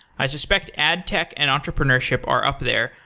i suspect adtech and entrepreneurship are up there,